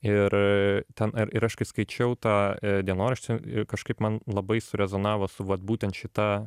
ir ten ir aš kai skaičiau tą dienoraštį kažkaip man labai surezonavo su vat būtent šita